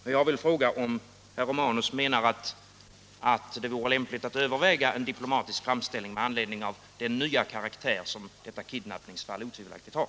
Jag vill alltså fråga om herr Romanus menar att det vore lämpligt att överväga en diplomatisk framställning med anledning av den nya karaktär som detta kidnappningsfall otvivelaktigt har.